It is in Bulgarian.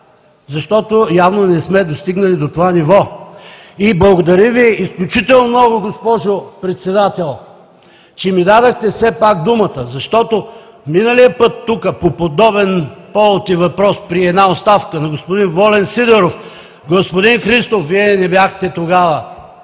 защото явно не сме достигнали до това ниво. Благодаря Ви изключително много, госпожо Председател, че ми дадохте все пак думата. Защото миналия път тук по подобен повод и въпрос, при една оставка на господин Волен Сидеров, господин Христов – Вие не бяхте тогава